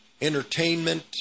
entertainment